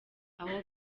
aho